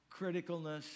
criticalness